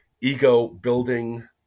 ego-building